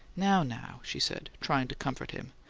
now, now! she said, trying to comfort him.